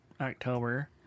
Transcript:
october